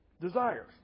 desires